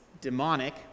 demonic